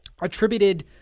attributed